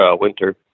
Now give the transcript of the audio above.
winter